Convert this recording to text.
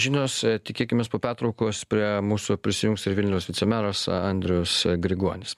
žinios tikėkimės po pertraukos prie mūsų prisijungs ir vilniaus vicemeras andrius grigonis